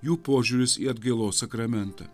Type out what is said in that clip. jų požiūris į atgailos sakramentą